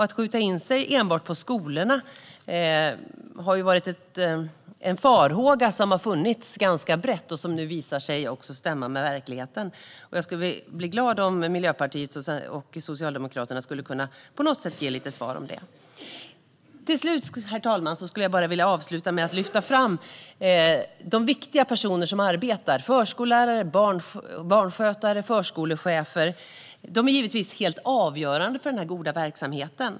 Det har varit en farhåga som har funnits ganska brett att man ska skjuta in sig enbart på skolorna, och detta visar sig nu också stämma med verkligheten. Jag skulle bli glad om Miljöpartiet och Socialdemokraterna på något sätt skulle kunna ge lite svar på detta. Herr talman! Jag skulle vilja avsluta med att lyfta fram de viktiga personer som arbetar i förskolan. Förskollärare, barnskötare och förskolechefer är givetvis helt avgörande för den goda verksamheten.